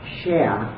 share